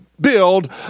build